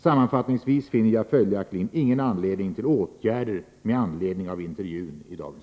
Sammanfattningsvis finner jag följaktligen ingen anledning till åtgärder med anledning av intervjun i DN.